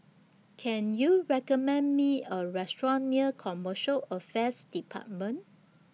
Can YOU recommend Me A Restaurant near Commercial Affairs department